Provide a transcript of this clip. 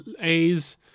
A's